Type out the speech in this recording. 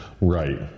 Right